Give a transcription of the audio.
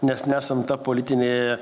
mes nesam ta politinė